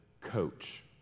coach